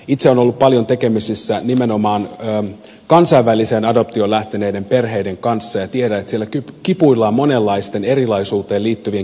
itse olen ollut paljon tekemisissä nimenomaan kansainväliseen adoptioon lähteneiden perheiden kanssa ja tiedän että siellä kipuillaan monenlaisten erilaisuuteen liittyvien kysymysten kanssa